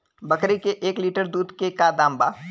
बकरी के एक लीटर दूध के का दाम बा?